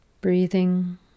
breathing